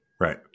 Right